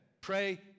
Pray